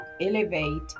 elevate